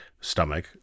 stomach